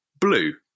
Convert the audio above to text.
Blue